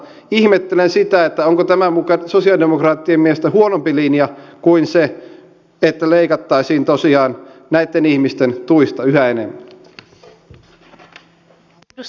ihmettelen sitä onko tämä muka sosialidemokraattien mielestä huonompi linja kuin se että leikattaisiin tosiaan näitten ihmisten tuista yhä enemmän